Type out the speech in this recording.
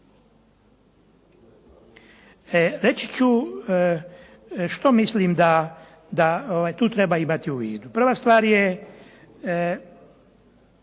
Reći ću što mislim da tu treba imati u vidu. Prva stvar je